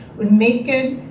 would make it,